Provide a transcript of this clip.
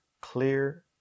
clear